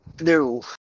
No